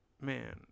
Man